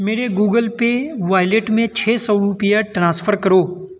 میرے Google pay wallet میں چھ سو روپیہ ٹرانسفر کرو